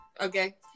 Okay